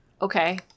Okay